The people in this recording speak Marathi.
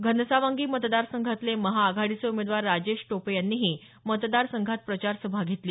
घनसावंगी मतदार संघातले महाआघाडीचे उमेदवार राजेश टोपे यांनीही मतदार संघात प्रचारसभा घेतली